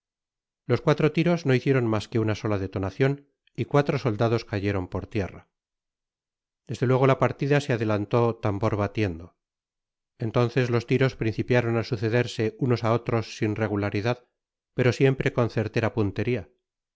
los cuatro tiros no hicieron mas que una sola detonacion y cuatro soldados cayeron por tierra desde luego la partida se adelantó tambor batiendo entonces los tiros principiaron á sucederse unos á otros sin regularidad pero siempre con certera puntería